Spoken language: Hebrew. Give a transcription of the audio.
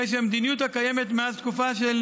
הרי שהמדיניות הקיימת מאז התקופה של